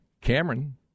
Cameron